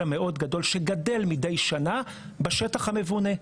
המאוד גדול שגדל מידי שנה בשטח המבונה.